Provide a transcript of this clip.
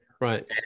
right